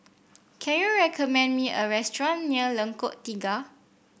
can you recommend me a restaurant near Lengkok Tiga